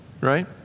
Right